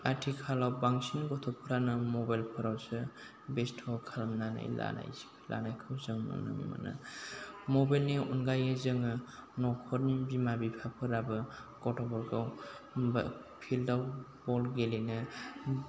आथिखालाव बांसिन गथ'फ्रानो मबाइलफोरावसो बेस्थ' खालामनानै लानायखौ जों नुनो मोनो मबेलनि अनगायै जोङो न'खरनि बिमा बिफाफोराबो गथ'फोरखौ फिल्डआव बल गेलेनो